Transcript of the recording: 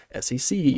sec